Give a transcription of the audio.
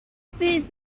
fydd